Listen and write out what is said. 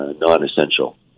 non-essential